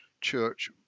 church